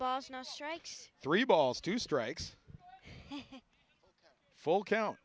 boss no strikes three balls two strikes full count